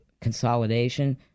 consolidation